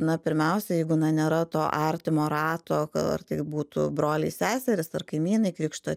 na pirmiausia jeigu nėra to artimo rato ar tai būtų broliai seserys ar kaimynai krikšto